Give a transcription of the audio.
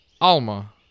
Alma